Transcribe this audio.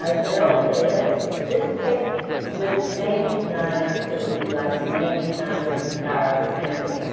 ah said, okay, let's just take the name designers that would be like the name designers in paris or anywhere,